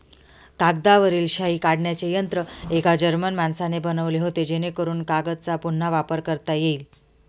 कागदावरील शाई काढण्याचे यंत्र एका जर्मन माणसाने बनवले होते जेणेकरून कागदचा पुन्हा वापर करता येईल